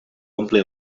ompli